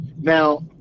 now